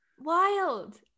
wild